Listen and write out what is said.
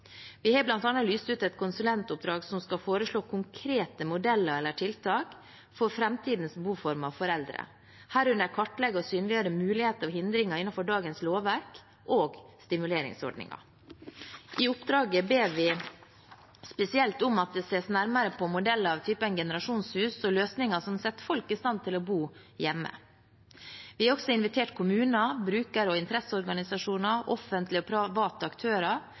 Vi har bl.a. lyst ut et konsulentoppdrag som skal foreslå konkrete modeller eller tiltak for framtidens boformer for eldre, herunder kartlegge og synliggjøre muligheter og hindringer innenfor dagens lovverk og stimuleringsordninger. I oppdraget ber vi spesielt om at det ses nærmere på modeller av typen generasjonshus og løsninger som setter folk i stand til å bo hjemme. Vi har også invitert kommuner, bruker- og interesseorganisasjoner og offentlige og private aktører